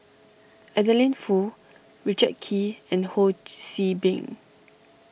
Adeline Foo Richard Kee and Ho See Beng